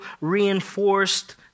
reinforced